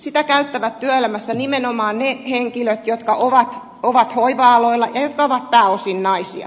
sitä käyttävät työelämässä nimenomaan ne henkilöt jotka ovat hoiva aloilla ja jotka ovat pääosin naisia